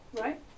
right